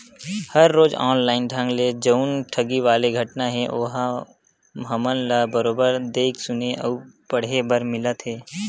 हर रोज ऑनलाइन ढंग ले जउन ठगी वाले घटना हे ओहा हमन ल बरोबर देख सुने अउ पड़हे बर मिलत हे